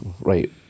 Right